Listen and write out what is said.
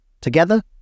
Together